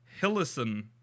Hillison